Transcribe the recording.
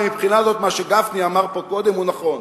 ומבחינה זו מה שגפני אמר פה קודם הוא נכון,